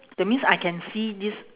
that means I can see this